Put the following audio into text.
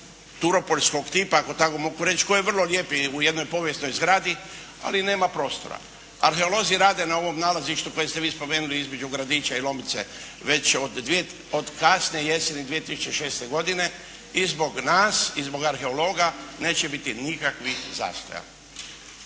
turopoljskog tipa, ako tako mogu reći, koji je vrlo lijepi u jednoj povijesnoj zgradi ali nema prostora. Arheolozi rade na ovom nalazištu koji ste vi spomenuli između Gradića i Lomnice već od, od kasne jeseni 2006. godine i zbog nas i zbog arheologa neće biti nikakvih zastoja.